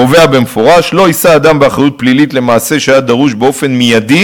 קובע במפורש: "לא יישא אדם באחריות פלילית למעשה שהיה דרוש באופן מיידי